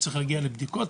הוא צריך להגיע לבדיקות,